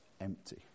empty